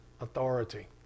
authority